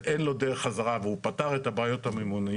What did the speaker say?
ואין לו דרך חזרה והוא פתר את הבעיות הממוניות,